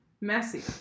Messy